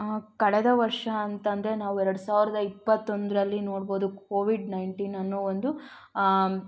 ಕಳೆದ ವರ್ಷ ಅಂತಂದರೆ ನಾವು ಎರಡು ಸಾವಿರದ ಇಪ್ಪತ್ತೊಂದರಲ್ಲಿ ನೋಡ್ಬೋದು ಕೋವಿಡ್ ನೈನ್ಟೀನ್ ಅನ್ನೋ ಒಂದು